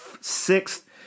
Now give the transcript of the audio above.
sixth